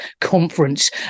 conference